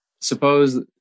suppose